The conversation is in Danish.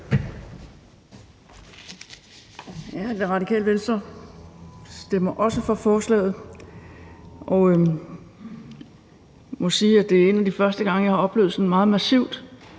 (RV): Radikale Venstre stemmer også for forslaget. Jeg må sige, at det er en af de første gange, jeg har oplevet sådan meget massivt,